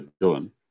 done